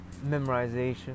memorization